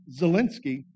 Zelensky